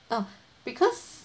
ah because